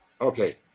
Okay